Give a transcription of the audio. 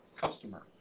customer